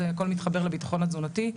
אז זה הכל מתחבר לבטחון התזונתי.